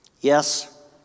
Yes